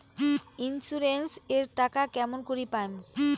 Insurance এর টাকা কেমন করি পাম?